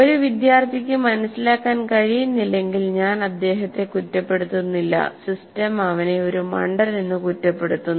ഒരു വിദ്യാർത്ഥിക്ക് മനസിലാക്കാൻ കഴിയുന്നില്ലെങ്കിൽ ഞാൻ അദ്ദേഹത്തെ കുറ്റപ്പെടുത്തുന്നില്ല സിസ്റ്റം അവനെ ഒരു മണ്ടനെന്നു കുറ്റപ്പെടുത്തുന്നു